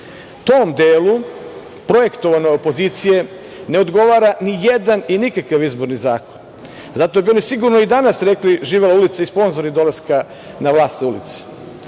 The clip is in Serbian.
Tom delu projektovane opozicije ne odgovara ni jedan i nikakav izborni zakon, zato bi oni sigurno i danas rekli živela ulica i sponzori dolaska na vlast sa